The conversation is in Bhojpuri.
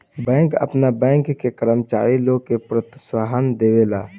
बैंक आपन बैंक के कर्मचारी लोग के प्रोत्साहन देवेला